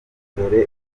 dore